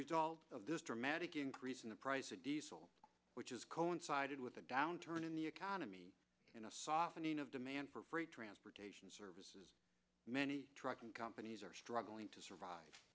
result of this dramatic increase in the price of diesel which is coincided with a downturn in the economy in a softening of demand for freight transportation services many trucking companies are struggling to survive